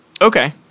okay